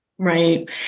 Right